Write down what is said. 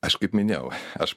aš kaip minėjau aš